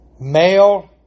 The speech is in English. Male